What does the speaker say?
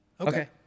Okay